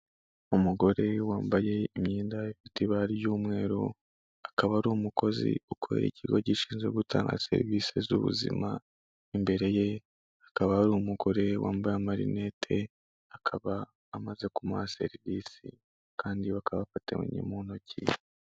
Umugore wambaye imyenda ifite ibara ry'umweru, akaba ari umukozi ukorera ikigo gishinzwe gutanga serivise z'ubuzima, imbere ye hakaba hari umugore wambaye amarinete akaba amaze kumuha serivisi kandi bakaba bafatanye mu ntoki.